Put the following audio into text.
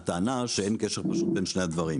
הטענה היא פשוט שאין קשר בין שני הדברים.